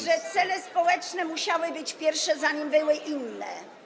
że cele społeczne musiały być pierwsze, za nimi były inne.